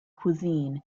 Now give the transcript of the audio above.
cuisine